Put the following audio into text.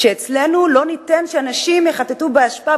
שאצלנו לא ניתן שאנשים יחטטו באשפה,